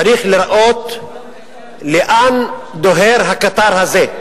צריך לראות לאן דוהר הקטר הזה,